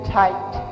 tight